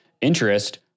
interest